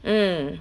mm